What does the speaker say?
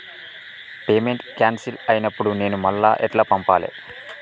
Payment cancel అయినపుడు నేను మళ్ళా ఎట్ల పంపాలే?